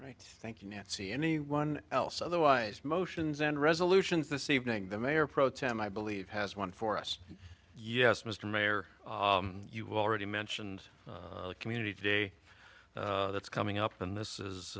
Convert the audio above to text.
right thank you nancy anyone else otherwise motions and resolutions this evening the mayor pro tem i believe has one for us yes mr mayor you've already mentioned community day that's coming up and this is